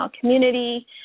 community